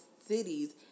cities